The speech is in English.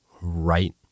right